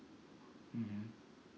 mmhmm